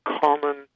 common